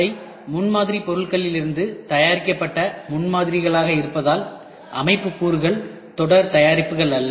அவை முன்மாதிரி பொருட்களிலிருந்து தயாரிக்கப்பட்ட முன்மாதிரிகளாக இருப்பதால் அமைப்பு கூறுகள் தொடர் தயாரிப்புகள் அல்ல